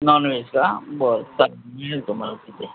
non veg का बरं चालेल मिळेल तुम्हाला तिथे